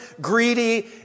greedy